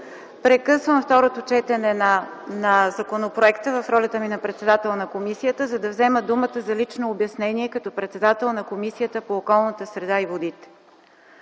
Прекъсвам второто четене на законопроекта в ролята ми на председател на комисията, за да взема думата за лично обяснение като председател на Комисията по околната среда и водите.